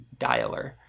Dialer